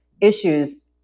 issues